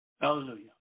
Hallelujah